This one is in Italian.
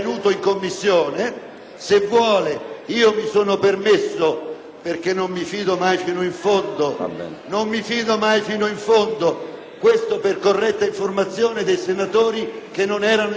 perché non mi fido mai fino in fondo (e lo dico per corretta informazione dei senatori che non erano in Commissione e anche per sua corretta informazione),